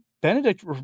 Benedict